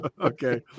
Okay